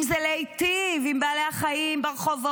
אם זה להיטיב עם בעלי החיים ברחובות,